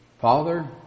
Father